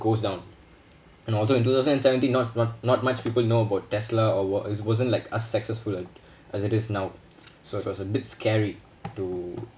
goes down and although in two thousand and seventeen not not not much people know about tesla or what it wasn't like a successful as it is now so it was a bit scary to